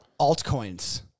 altcoins